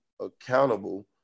accountable